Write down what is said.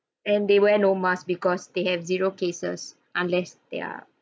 and they wear no mask because they have zero cases unless they are